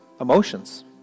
emotions